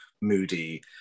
moody